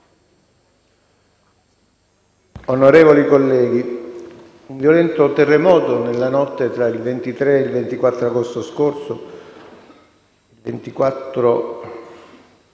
Onorevoli colleghi, un violento terremoto nella notte tra il 23 e il 24 agosto scorso ha